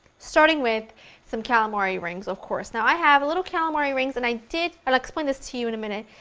starting with some calamari rings, of course. now i have a little calamari rings and i did i'll explain this to you in a minute,